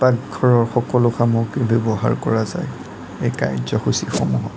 পাকঘৰৰ সকলো সামগ্ৰী ব্যৱহাৰ কৰা যায় এই কাৰ্যসূচীসমূহত